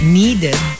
needed